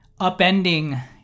upending